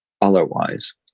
Otherwise